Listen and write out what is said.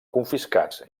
confiscats